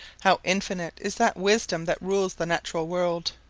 how infinite is that wisdom that rules the natural world!